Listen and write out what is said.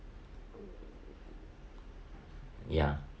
ya